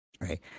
Right